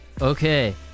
Okay